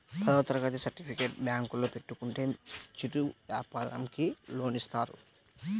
పదవ తరగతి సర్టిఫికేట్ బ్యాంకులో పెట్టుకుంటే చిరు వ్యాపారంకి లోన్ ఇస్తారా?